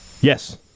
Yes